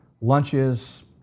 lunches